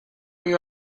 you